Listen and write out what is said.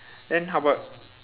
then how about